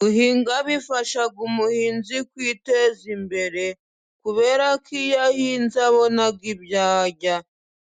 Guhinga bifasha umuhinzi kwiteza imbere, kubera ko iyo ahinze abona ibyo arya,